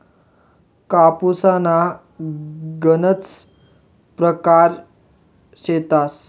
कापूसना गनज परकार शेतस